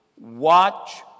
watch